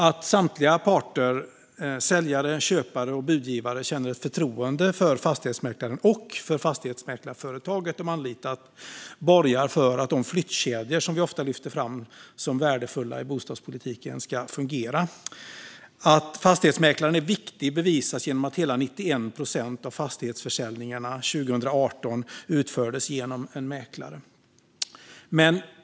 Att samtliga parter, säljare, köpare och budgivare, känner ett förtroende för fastighetsmäklaren och fastighetsmäklarföretaget de anlitat borgar för att de flyttkedjor som vi ofta lyfter fram som värdefulla i bostadspolitiken ska fungera. Att fastighetsmäklaren är viktig bevisas genom att hela 91 procent av de fastighetsförsäljningar som gjordes 2018 utfördes genom en mäklare.